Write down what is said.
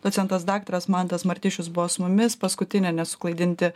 docentas daktaras mantas martišius buvo su mumis paskutinė nesuklaidinti